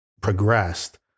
progressed